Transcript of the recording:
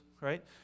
right